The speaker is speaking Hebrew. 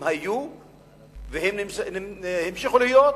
הם היו והמשיכו להיות,